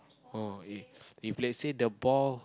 orh if if let's say the ball